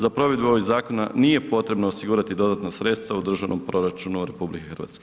Za provedbu ovih zakona nije potrebno osigurati dodatna sredstava u Državnom proračunu RH.